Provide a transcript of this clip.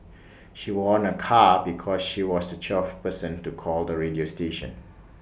she won A car because she was the twelfth person to call the radio station